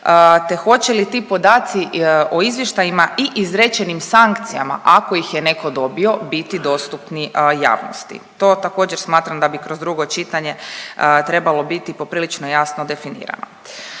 te hoće li ti podaci o izvještajima i izrečenim sankcijama, ako ih je netko dobio, biti dostupni javnosti, to tako smatram da bi kroz drugo čitanje trebalo biti poprilično jasno definirano.